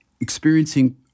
experiencing